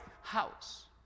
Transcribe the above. house